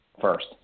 first